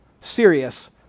serious